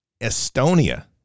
Estonia